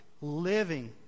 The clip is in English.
living